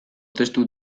testu